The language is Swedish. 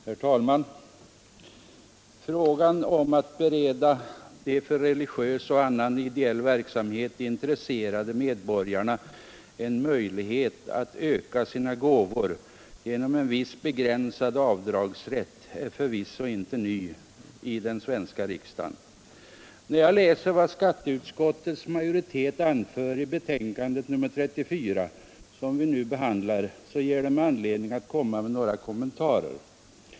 Herr talman! Frågan om att bereda de för religiös och annan ideell verksamhet intresserade medborgarna en möjlighet att öka sina gåvor genom viss begränsad avdragsrätt är förvisso inte ny i den svenska riksdagen. Vad skatteutskottets majoritet anför i sitt betänkande nr 34, som vi nu behandlar, ger mig anledning att göra några kommentarer.